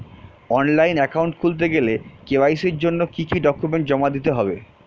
Online account খুলতে গেলে KYC জন্য কি কি ডকুমেন্ট জমা দিতে হবে?